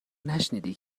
نشنیدی